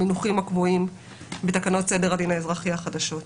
המינוחים הקבועים בתקנות סדר הדין האזרחי החדשות.